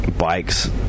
bikes